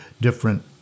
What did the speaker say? different